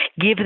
give